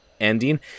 ending